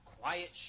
Quiet